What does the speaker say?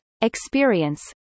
experience